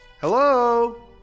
Hello